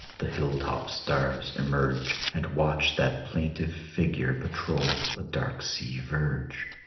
the hilltop stars emerge and watch that plaintive figure patrol the dark sea verge.